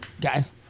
guys